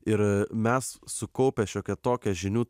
ir mes sukaupę šiokią tokią žinių